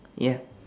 ya